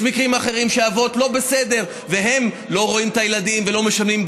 יש מקרים אחרים שהאבות לא בסדר והם לא רואים את הילדים ולא משלמים.